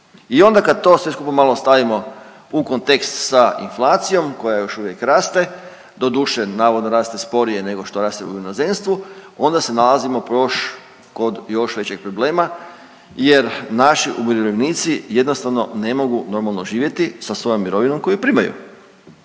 I onda kad to sve skupa malo stavimo u kontekst sa inflacijom koja još uvijek raste, doduše navodno raste sporije nego što raste u inozemstvu, onda se nalazimo kod još većeg problema jer naši umirovljenici jednostavno ne mogu normalno živjeti sa svojom mirovinom koju primaju.